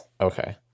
Okay